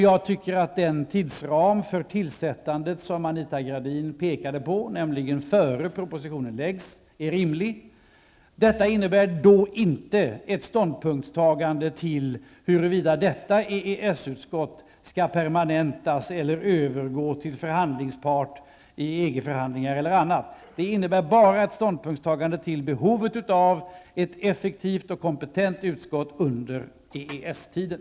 Jag tycker att den tidsram för tillsättandet som Anita Gradin pekade på, nämligen att utskottet skall tillsättas innan propositionen läggs fram, är rimlig. Detta innebär dock inte ett ställningstagande till huruvida detta EES-utskott skall permanentas eller övergå till förhandlingspart i EG-förhandlingar o.d., utan det innebär bara ett ställningstagande till behovet av ett effektivt och kompetent utskott under EES-tiden.